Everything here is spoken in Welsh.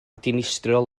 dinistriol